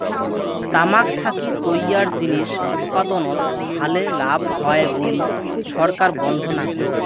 তামাক থাকি তৈয়ার জিনিস উৎপাদনত ভালে লাভ হয় বুলি সরকার বন্ধ না করে